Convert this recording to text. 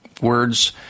Words